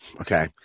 okay